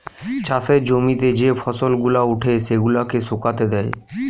চাষের জমিতে যে ফসল গুলা উঠে সেগুলাকে শুকাতে দেয়